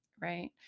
right